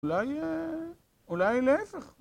אולי... אולי להיפך...